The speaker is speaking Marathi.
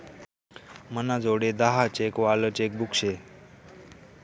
मनाजोडे दहा चेक वालं चेकबुक शे